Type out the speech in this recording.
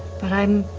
but i'm